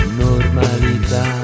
normalità